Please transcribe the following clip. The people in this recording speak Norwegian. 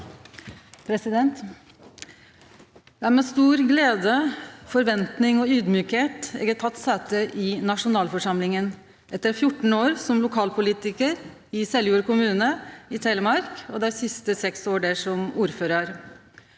Det er med stor glede, forventing og audmjukskap eg har teke sete i nasjonalforsamlinga etter 14 år som lokalpolitikar i Seljord kommune i Telemark – dei siste seks åra som ordførar.